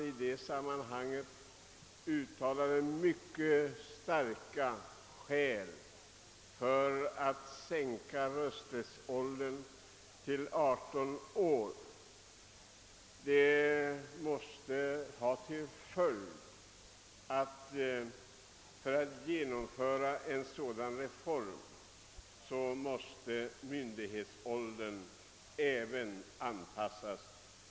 I det sammanhanget framhölls att en sänkning av rösträttsåldern till 18 år måste ha till följd att även myndighetsåldern borde sänkas.